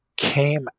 came